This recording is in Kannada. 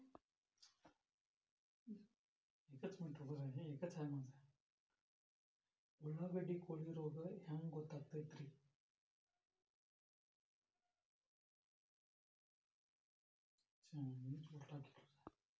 ಉಳಿತಾಯ ಖಾತೆಗೆ ಬಡ್ಡಿ ಎಷ್ಟು ಕೊಡ್ತಾರ?